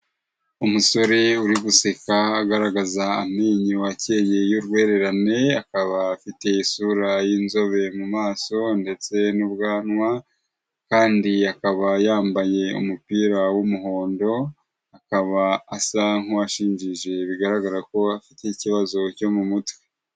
Umusore uri guseka agaragaza amenyo yake y'urwererane, akaba afite isura y'inzobe mu maso ndetse n'ubwanwa kandi akaba yambaye umupira w'umuhondo, akaba asa nk'uwasinjije bigaragara ko afite ikibazo cyo mu mutwe.